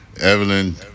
Evelyn